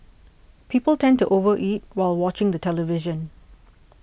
people tend to over eat while watching the television